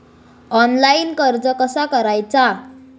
Online कर्ज कसा करायचा?